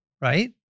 right